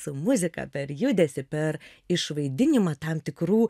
su muzika per judesį per išvaidinimą tam tikrų